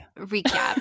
Recap